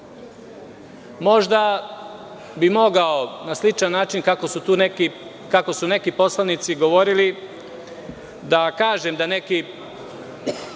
bi mogao na sličan način, kako su neki poslanici govorili, da kažem da neki